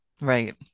Right